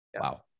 Wow